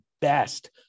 best